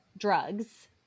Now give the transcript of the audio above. drugs